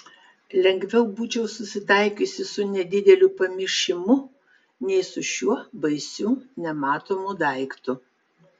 lengviau būčiau susitaikiusi su nedideliu pamišimu nei su šiuo baisiu nematomu daiktu